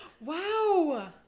Wow